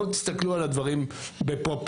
בואו תסתכלו על הדברים בפרופורציה.